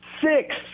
Six